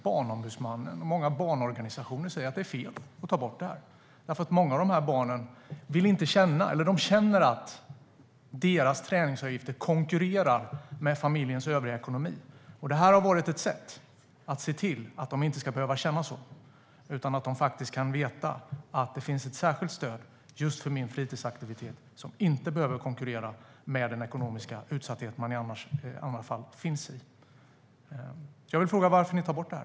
Barnombudsmannen och många barnrättsorganisationer säger att det är fel att ta bort fritidspengen. Många av de här barnen känner att deras träningsavgifter konkurrerar med familjens övriga ekonomi. Det här har varit ett sätt att se till att de inte ska behöva känna så utan kunna veta att det finns ett särskilt stöd just för fritidsaktiviteten så att den inte behöver förvärra den ekonomiska utsatthet familjen befinner sig i. Jag vill fråga varför ni tar bort det här.